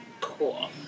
Cool